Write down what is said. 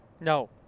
no